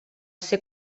ser